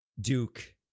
Duke